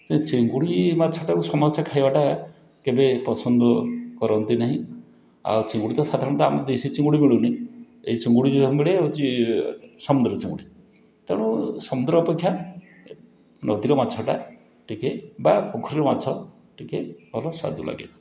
ଚିଙ୍ଗୁଡ଼ି ମାଛଟାକୁ ସମସ୍ତେ ଖାଇବାଟା କେବେ ପସନ୍ଦ କରନ୍ତି ନାହିଁ ଆଉ ଚିଙ୍ଗୁଡ଼ି ତ ସାଧାରଣତଃ ଆମର ଦେଶୀ ଚିଙ୍ଗୁଡ଼ି ମିଳୁନି ଏଇ ଚିଙ୍ଗୁଡ଼ି ମିଳେ ହେଉଛି ସମୁଦ୍ର ଚିଙ୍ଗୁଡ଼ି ତେଣୁ ସମୁଦ୍ର ଅପେକ୍ଷା ନଦୀର ମାଛଟା ଟିକିଏ ବା ପୋଖରୀ ମାଛ ଟିକିଏ ଭଲ ସ୍ୱାଦ ଲାଗେ